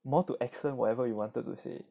more to accent whatever you wanted to say